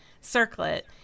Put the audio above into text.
circlet